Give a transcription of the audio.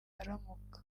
aramuka